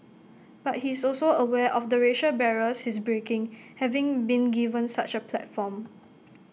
but he's also aware of the racial barriers he's breaking having been given such A platform